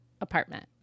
apartment